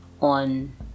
on